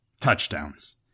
touchdowns